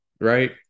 right